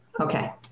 Okay